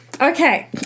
Okay